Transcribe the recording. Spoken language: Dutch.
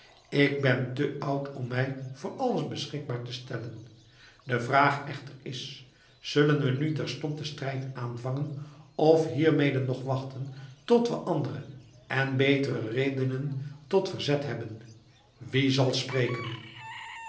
ik ben te oud om mij voor alles beschikbaar te stellen de vraag echter is zullen we nu terstond den strijd aanvangen of hiermede nog wachten tot we andere en betere redenen tot verzet hebben wie zal spreken